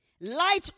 Light